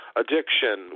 addiction